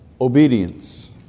obedience